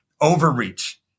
overreach